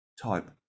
type